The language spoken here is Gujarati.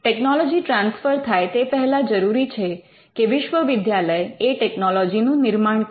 ટેકનોલોજી ટ્રાન્સફર થાય તે પહેલાં જરૂરી છે કે વિશ્વવિદ્યાલય એ ટેકનોલોજી નું નિર્માણ કરે